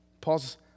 Paul's